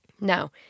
Now